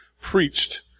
preached